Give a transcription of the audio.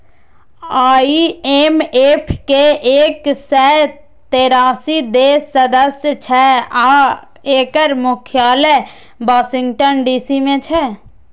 IMF के एक सय तेरासी देश सदस्य छै आ एकर मुख्यालय वाशिंगटन डी.सी मे छै